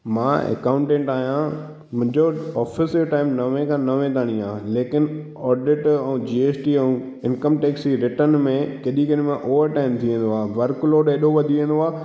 मां अकाउंटेंट आहियां मुंहिंजो ऑफिस जो टाइम नवें खां नवें ताणी आहे लेकिन ऑडिट ऐं जी एस टी ऐं इंकम टैक्स जी रिटन में केॾी कंहिं महिल ओवर टाइम थी वियो आहे वर्क लॉड हेॾो वधी वेंदो आहे